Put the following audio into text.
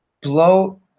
blow